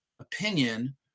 opinion